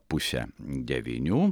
pusę devynių